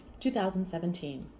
2017